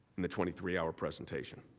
in the twenty three hour presentation.